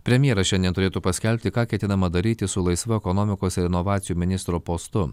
premjeras šiandien turėtų paskelbti ką ketinama daryti su laisva ekonomikos ir inovacijų ministro postu